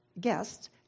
guests